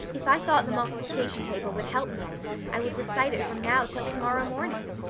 if i thought the multiplication table would help me any i would recite it from now till tomorrow morning.